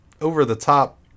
over-the-top